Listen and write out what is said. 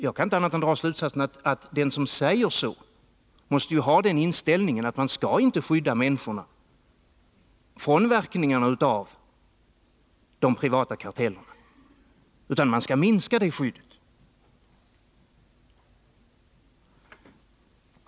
Jag kan inte annat än dra slutsatsen att den som säger så måste ha den inställningen att man inte skall skydda människorna från verkningarna av de privata kartellerna. Man skall i stället minska det skyddet.